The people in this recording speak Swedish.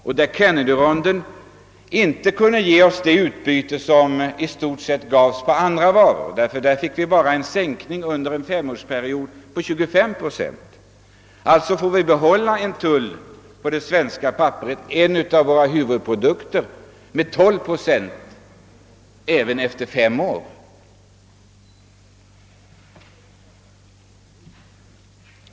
Kennedyronden kunde för pappersindustrin inte ge oss det utbyte som i stort sett uppnåddes för ardra varor, utan vi fick nöja oss med en tullsänkning under en femårsperiod med 25 procent. Vi får alltså på det svenska papperet, en av våra huvudprodukter, behålla en tull som uppgår till 12 procent även efter fem år.